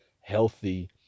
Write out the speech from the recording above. healthy